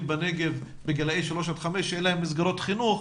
בנגב בגילאי שלוש עד חמש שאין להם מסגרות חינוך,